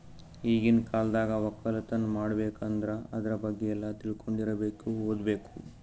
ಈಗಿನ್ ಕಾಲ್ದಾಗ ವಕ್ಕಲತನ್ ಮಾಡ್ಬೇಕ್ ಅಂದ್ರ ಆದ್ರ ಬಗ್ಗೆ ಎಲ್ಲಾ ತಿಳ್ಕೊಂಡಿರಬೇಕು ಓದ್ಬೇಕು